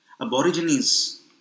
aborigines